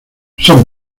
son